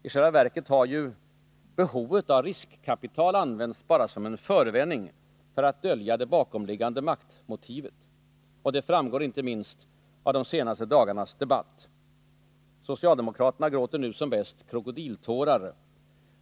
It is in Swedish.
I själva verket har behovet av riskkapital använts bara som en förevändning — för att dölja det bakomliggande maktmotivet. Det framgår inte minst av de senaste dagarnas debatt. Socialdemokraterna gråter nu som bäst krokodiltårar.